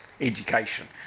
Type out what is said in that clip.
education